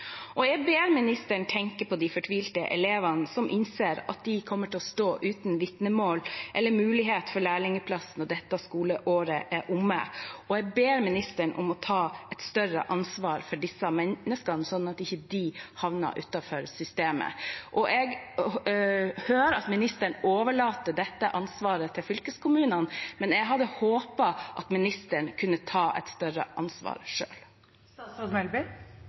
Jeg ber ministeren tenke på de fortvilte elevene som innser at de kommer til å stå uten vitnemål eller mulighet for lærlingplass når dette skoleåret er omme, og jeg ber ministeren om å ta et større ansvar for disse menneskene, sånn at de ikke havner utenfor systemet. Jeg hører at ministeren overlater dette ansvaret til fylkeskommunene, men jeg hadde håpet at ministeren kunne ta et større ansvar